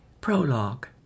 Prologue